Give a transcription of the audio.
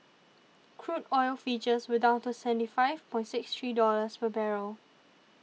crude oil futures were down to seventy five point six three dollars per barrel